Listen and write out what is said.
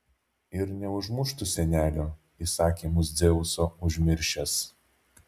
ir neužmuštų senelio įsakymus dzeuso užmiršęs